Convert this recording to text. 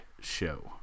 show